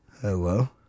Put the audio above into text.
Hello